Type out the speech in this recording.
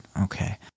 okay